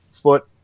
Foot